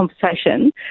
conversation